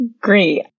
Great